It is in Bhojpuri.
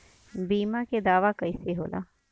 बीमा के दावा कईसे होला?